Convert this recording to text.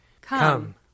Come